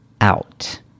out